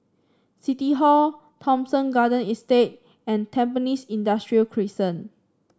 City Hall Thomson Garden Estate and Tampines Industrial Crescent